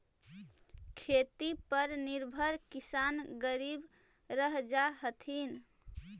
खेती पर निर्भर किसान गरीब रह जा हथिन